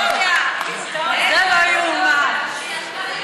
גנבת נשק),